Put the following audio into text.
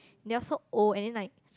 they are so old and then like